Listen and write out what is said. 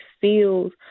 feels